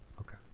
Okay